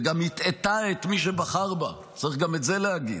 וגם הטעתה את מי שבחר בה, צריך גם את זה להגיד.